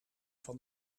van